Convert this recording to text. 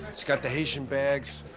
it's got the haitian bags.